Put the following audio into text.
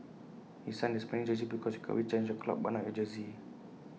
he signed the Spanish jersey because you can always change your club but not your